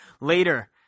later